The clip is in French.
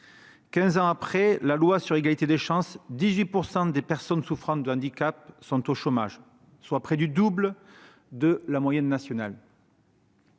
ans après la loi pour l'égalité des droits et des chances, 18 % des personnes souffrant de handicap sont au chômage, soit près du double de la moyenne nationale.